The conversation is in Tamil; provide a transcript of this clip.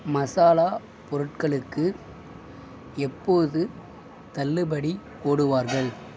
மசாலா பொருட்களுக்கு எப்போது தள்ளுபடி போடுவார்கள்